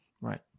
Right